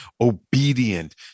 obedient